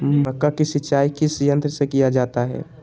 मक्का की सिंचाई किस यंत्र से किया जाता है?